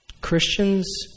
Christians